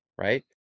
right